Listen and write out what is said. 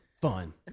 fun